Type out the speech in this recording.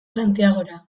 santiagora